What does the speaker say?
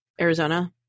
Arizona